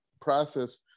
process